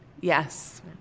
Yes